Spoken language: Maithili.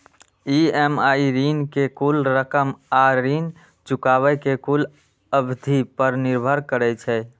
ई.एम.आई ऋण के कुल रकम आ ऋण चुकाबै के कुल अवधि पर निर्भर करै छै